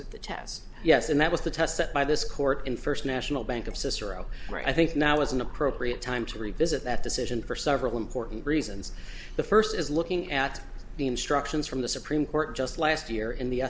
of the test yes and that was the test set by this court in first national bank of cicero i think now is an appropriate time to revisit that decision for several important reasons the first is looking at the instructions from the supreme court just last year in the